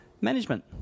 management